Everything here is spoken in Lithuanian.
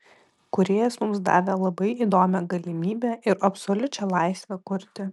kūrėjas mums davė labai įdomią galimybę ir absoliučią laisvę kurti